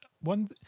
one